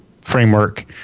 framework